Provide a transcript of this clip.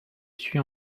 suis